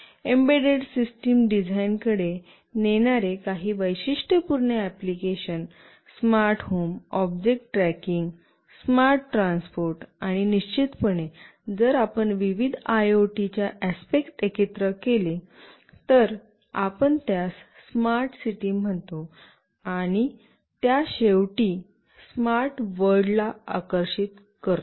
embedded system डिझाइनकडे नेणारे काही वैशिष्ट्यपूर्ण application smart home object tracking smart transport आणि निश्चितपणे जर आपण विविध आयओटीच्या आस्पेक्ट एकत्रित केले तर आपण त्यास स्मार्ट सिटी म्हणतो आणि त्या शेवटी स्मार्ट वर्ल्डला आकर्षित करतो